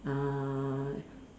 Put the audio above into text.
uh